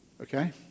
Okay